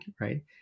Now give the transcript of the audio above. right